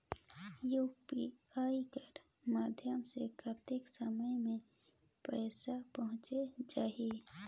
UPI कर माध्यम से कतेक समय मे पइसा पहुंच जाहि?